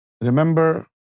Remember